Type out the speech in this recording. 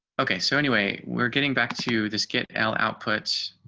okay, so anyway, we're getting back to this get l outputs.